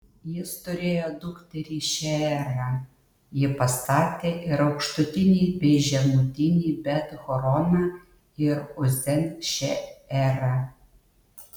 jis turėjo dukterį šeerą ji pastatė ir aukštutinį bei žemutinį bet horoną ir uzen šeerą